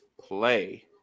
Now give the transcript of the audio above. play